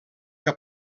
que